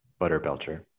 Butterbelcher